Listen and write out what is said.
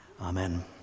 amen